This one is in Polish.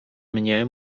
mnie